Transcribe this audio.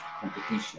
competition